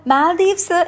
Maldives